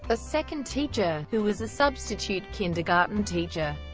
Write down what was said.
a second teacher, who was a substitute kindergarten teacher,